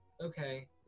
Okay